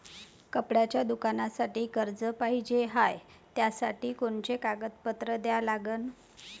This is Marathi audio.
कपड्याच्या दुकानासाठी कर्ज पाहिजे हाय, त्यासाठी कोनचे कागदपत्र द्या लागन?